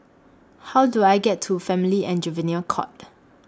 How Do I get to Family and Juvenile Court